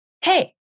Hey